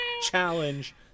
Challenge